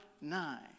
nine